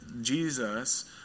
Jesus